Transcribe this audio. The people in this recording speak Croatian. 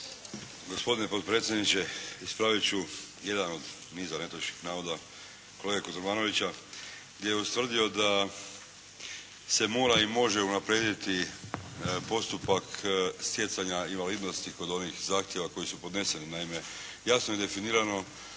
Gospodine potpredsjedniče, ispravit ću jedan od niza netočnih navoda kolege Kotromanovića, gdje je ustvrdio da se mora i može unaprijediti postupak stjecanja invalidnosti kod onih zahtjeva koji su podneseni.